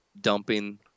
dumping